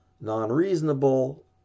non-reasonable